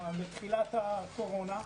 בתחילת הקורונה,